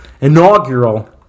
inaugural